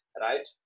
right